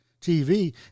TV